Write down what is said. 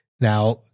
Now